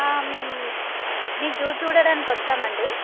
మేము మీ జూ చూడటానికి వచ్చామండి